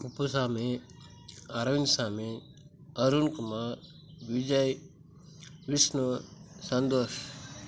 Kuppusamy Arvindsamy Arunkumar Vijay Vishnu Santhosh